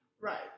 Right